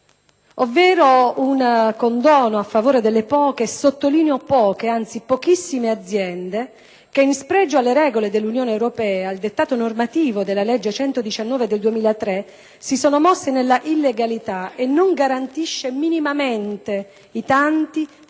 ovvero un condono a favore delle poche, anzi pochissime aziende - e lo sottolineo - che, in spregio alle regole dell'Unione europea e al dettato normativo della legge n. 119 del 2003, si sono mosse nella illegalità, e non garantisce minimamente i tanti,